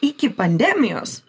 iki pandemijos